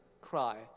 cry